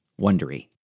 wondery